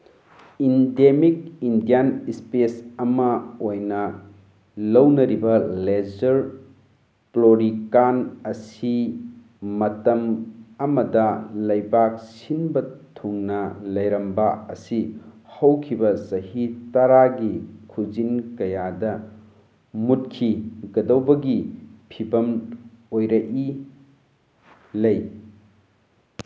endemic Indian species ꯑꯃ ꯑꯣꯏꯅ ꯂꯧꯅꯔꯤꯕ ꯂꯦꯖꯔ ꯄ꯭ꯂꯣꯔꯤꯀꯥꯟ ꯑꯁꯤ ꯃꯇꯝ ꯑꯃꯗ ꯂꯩꯕꯥꯛ ꯁꯤꯟꯕ ꯊꯨꯡꯅ ꯂꯩꯔꯝꯕ ꯑꯁꯤ ꯍꯧꯈꯤꯕ ꯆꯍꯤ ꯇꯔꯥꯒꯤ ꯈꯨꯖꯤꯟ ꯀꯌꯥꯗ ꯃꯨꯠꯈꯤꯒꯗꯧꯕꯒꯤ ꯐꯤꯕꯝ ꯑꯣꯏꯔꯛꯏ ꯂꯩ